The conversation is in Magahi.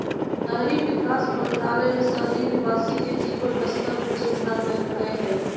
शहरी विकास मंत्रालय ने शहरी निवासी के जीवन स्तर में सुधार लैल्कय हइ